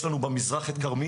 יש לנו במזרח את כרמיאל,